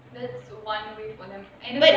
that's for them and